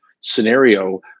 scenario